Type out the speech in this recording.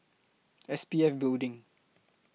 S P F Building